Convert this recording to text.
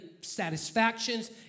satisfactions